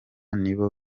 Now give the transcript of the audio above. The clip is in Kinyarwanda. nibo